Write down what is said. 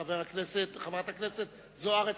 חברת הכנסת זוארץ,